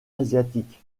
asiatique